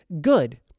good